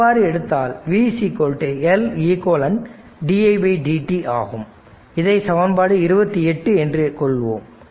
அவ்வாறு எடுத்தால் v L eq didt ஆகும் இதை சமன்பாடு 28 என்று கொள்வோம்